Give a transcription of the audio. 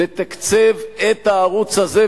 לתקצב את הערוץ הזה,